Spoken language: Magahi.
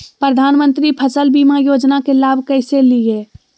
प्रधानमंत्री फसल बीमा योजना के लाभ कैसे लिये?